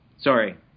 Sorry